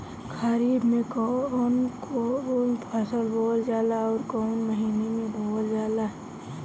खरिफ में कौन कौं फसल बोवल जाला अउर काउने महीने में बोवेल जाला?